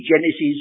Genesis